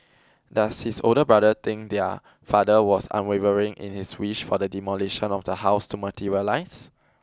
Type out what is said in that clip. does his older brother think their father was unwavering in his wish for the demolition of the house to materialise